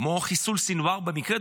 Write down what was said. כמו חיסול סנוואר במקרה,